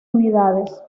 unidades